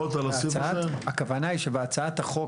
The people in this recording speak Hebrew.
הכוונה היא שבהצעת החוק,